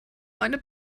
meine